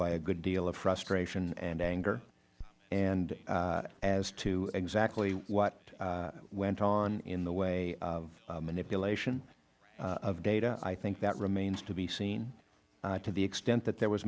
by a good deal of frustration and anger and as to exactly what went on in the way of manipulation of data i think that remains to be seen to the extent that there was